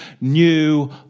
new